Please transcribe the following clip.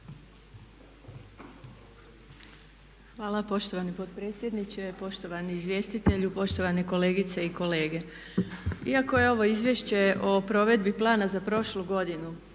Hvala poštovani potpredsjedniče. Poštovani izvjestitelju, poštovane kolegice i kolege. Iako je ovo izvješće o provedbi plana za prošlu godinu,